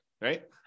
right